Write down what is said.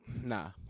nah